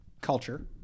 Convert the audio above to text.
culture